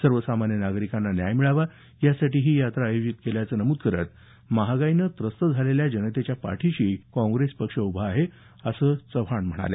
सर्वसामान्य नागरिकांना न्याय मिळावा यासाठी ही यात्रा आयोजित केल्याचं नमूद करत महागाईनं त्रस्त झालेल्या जनतेच्या पाठीशी काँग्रेस पक्ष उभा आहे असं प्रदेशाध्यक्ष चव्हाण यांनी सांगितलं